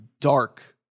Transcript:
dark